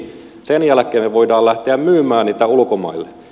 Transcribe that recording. sen jälkeen me voimme lähteä myymään niitä ulkomaille